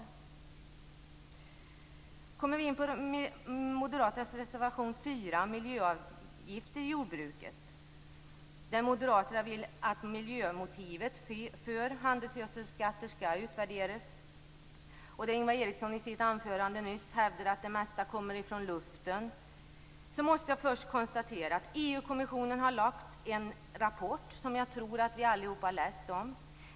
Sedan har vi reservation 4 från Moderaterna. Reservationen handlar om miljöavgifter i jordbruket. Moderaterna vill att miljömotivet för handelsgödselskatter skall utvärderas. Ingvar Eriksson hävdade nyss i sitt anförande att det mesta av utsläppen kommer från luften. EU-kommissionen har lagt fram en rapport som jag tror att vi alla har läst om.